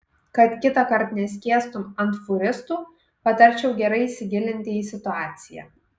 kad kitąkart neskiestum ant fūristų patarčiau gerai įsigilinti į situaciją